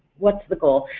what's the goal?